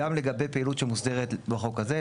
גם לגבי פעילות שמוסדרת בחוק הזה.